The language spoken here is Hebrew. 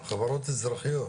חברות אזרחיות?